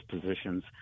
positions